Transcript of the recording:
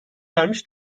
vermiş